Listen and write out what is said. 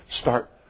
start